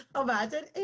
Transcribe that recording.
Imagine